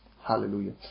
Hallelujah